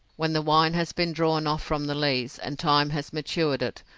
when the wine has been drawn off from the lees, and time has matured it,